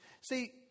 See